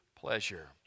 pleasure